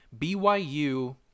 BYU